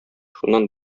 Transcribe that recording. шуннан